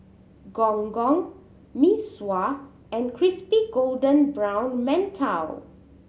Gong Gong Mee Sua and crispy golden brown mantou